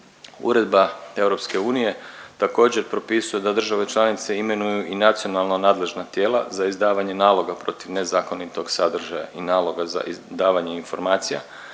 Uredba EU također propisuje da države članice imenuju i nacionalna nadležna tijela za izdavanje naloga protiv nezakonitog sadržaja i naloga za davanja informacija,